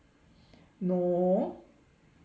no